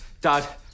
Dad